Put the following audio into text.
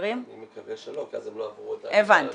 אני מקווה שלא כי אז הם לא עברו את תהליך הרישוי.